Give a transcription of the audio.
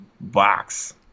box